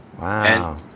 Wow